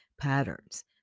patterns